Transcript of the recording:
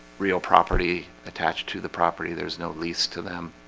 real property attached to the property. there's no lease to them.